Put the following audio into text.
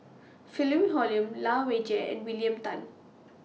Philip Hoalim Lai Weijie and William Tan